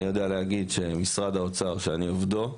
אני יודע להגיד שמשרד האוצר שאני עובדו,